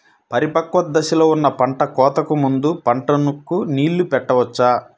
పరిపక్వత దశలో ఉన్న పంట కోతకు ముందు పంటకు నీరు పెట్టవచ్చా?